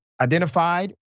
identified